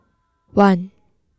one